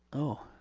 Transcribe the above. oh.